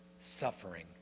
suffering